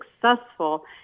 successful